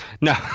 no